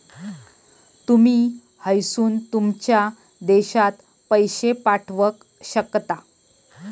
तुमी हयसून तुमच्या देशात पैशे पाठवक शकता